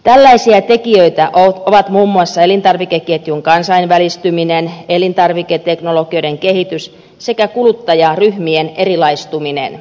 tällaisia tekijöitä ovat muun muassa elintarvikeketjun kansainvälistyminen elintarviketeknologioiden kehitys sekä kuluttajaryhmien erilaistuminen